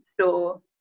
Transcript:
store